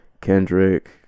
Kendrick